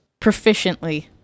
Proficiently